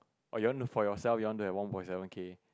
or you want to for yourself you want to have one point seven K